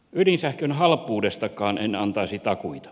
ydinsähkön halpuudestakaan en antaisi takuita